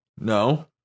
No